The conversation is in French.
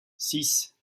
six